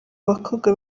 bakobwa